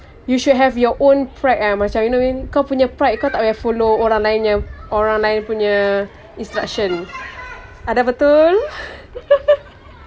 you should have your own pride eh macam you know what I mean kau punya pride kau tak payah follow orang lain punya orang lain punya instruction ada betul